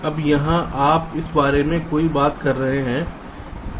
अब यहाँ आप इस बारे में क्यों बात कर रहे थे